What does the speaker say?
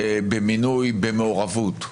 במינוי ובמעורבות,